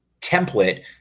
template